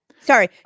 Sorry